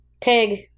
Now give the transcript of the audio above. Pig